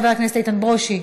חבר הכנסת איתן ברושי,